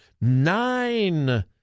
nine